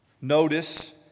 Notice